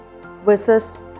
versus